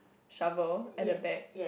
shovel at the back